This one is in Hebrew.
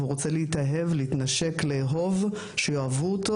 להתאהב ולהיות נאהב,